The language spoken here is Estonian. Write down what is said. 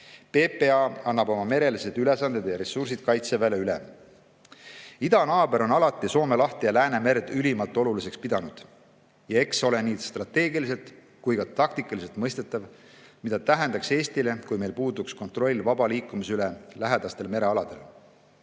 PPA annab oma merelised ülesanded ja ressursid Kaitseväele üle. Idanaaber on alati Soome lahte ja Läänemerd ülimalt oluliseks pidanud. Eks ole nii strateegiliselt kui ka taktikaliselt mõistetav, mida tähendaks Eestile, kui meil puuduks kontroll vaba liikumise üle lähedastel merealadel.